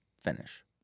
finish